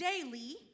daily